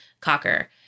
cocker